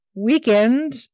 Weekend